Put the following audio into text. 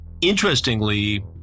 Interestingly